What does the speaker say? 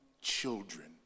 children